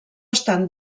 estan